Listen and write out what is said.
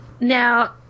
now